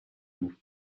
loup